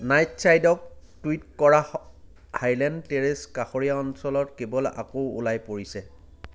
নাইটছাইডক tweet কৰা Highland Terrace কাষৰীয়া অঞ্চলত কেবল আকৌ ওলাই পৰিছে